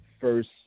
first